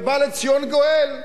ובא לציון גואל.